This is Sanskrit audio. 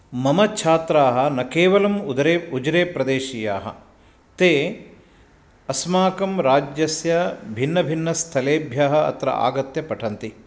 मम छात्राः न केवलं उदरे उजिरेप्रदेशीयाः ते अस्माकं राज्यस्य भिन्नभिन्नस्थलेभ्यः अत्र आगत्य पठन्ति